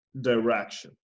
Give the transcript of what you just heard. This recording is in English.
direction